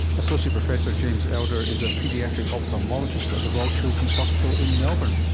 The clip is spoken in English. associate professor james elder is a paediatric ophthalmologist at the royal children's hospital in melbourne